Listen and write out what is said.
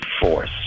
force